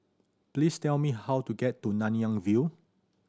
please tell me how to get to Nanyang View